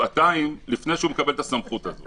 שבעתיים לפני שהוא מקבל את הסמכות הזאת.